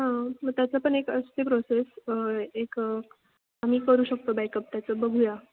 हां मग त्याचं पण एक असते प्रोसेस एक आम्ही करू शकतो बॅकअप त्याचं बघूया